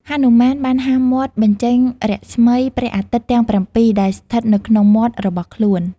ហនុមានបានហាមាត់បញ្ចេញរស្មីព្រះអាទិត្យទាំង៧ ដែលស្ថិតនៅក្នុងមាត់របស់ខ្លួន។